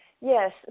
Yes